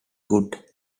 good